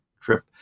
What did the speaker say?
trip